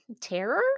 terror